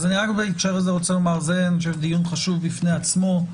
אני חושב שזה דיון חשוב בפני עצמו,